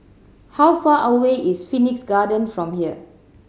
how far away is Phoenix Garden from here